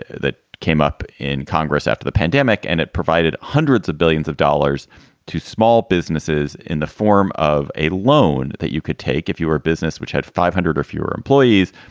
that came up in congress after the pandemic and it provided hundreds of billions of dollars to small businesses in the form of a loan that you could take if you were a business which had five hundred or fewer employees.